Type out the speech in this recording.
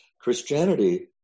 Christianity